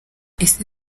ese